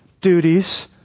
duties